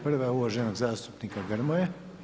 Prva je uvaženog zastupnika Grmoje.